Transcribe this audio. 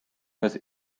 kas